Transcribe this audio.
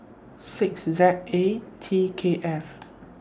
six Z A T K F